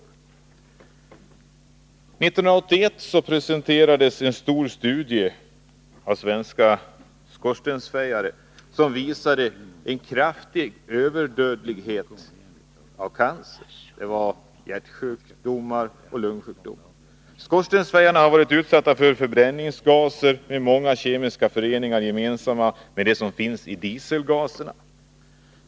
År 1981 presenterades en stor studie av svenska skorstensfejare, vilken visade en kraftig överdödlighet i cancer, hjärtsjukdomar och lungsjukdomar. Skorstensfejarna har varit utsatta för förbränningsgaser med många kemiska föreningar gemensamma med dem som finns i dieselavgaserna.